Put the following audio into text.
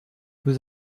vous